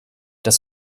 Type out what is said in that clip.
das